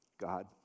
God